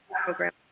program